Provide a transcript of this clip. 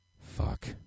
Fuck